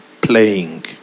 Playing